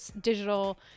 digital